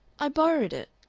i borrowed it,